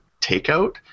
takeout